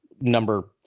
number